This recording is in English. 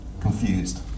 confused